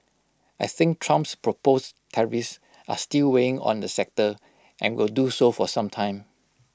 I think Trump's proposed tariffs are still weighing on the sector and will do so for some time